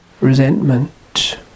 resentment